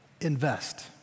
Invest